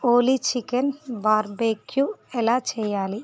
ఓలీ chicken barbecue ఎలా చేయాలి